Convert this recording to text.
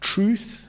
Truth